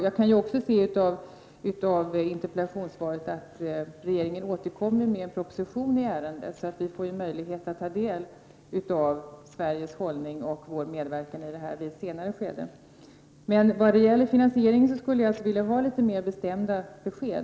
Jag kan också se av interpellationssvaret att regeringen återkommer med en proposition i ärendet, så vi får ju möjlighet att senare ta del av Sveriges hållning och vårt lands medverkan. Vad gäller finansieringen skulle jag alltså vilja ha litet mer bestämda besked.